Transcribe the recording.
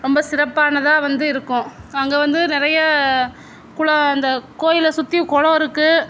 ரொம்ப சிறப்பானதாக வந்து இருக்கும் அங்கே வந்து நிறைய குளம் அந்தக் கோயிலை சுற்றி குளம் இருக்குது